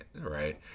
Right